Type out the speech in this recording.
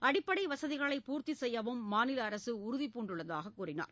அடிப்படை வசதிகளை பூர்த்தி செய்யவும் மாநில அரசு உறுதிபூண்டுள்ளதாக கூறினார்